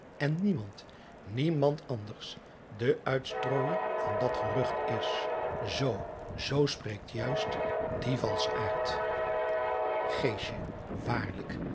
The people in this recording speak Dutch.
en niemand niemand anders de uitstrooijer van dat gerucht is oo zoo spreekt juist die valschaard driaan oosjes zn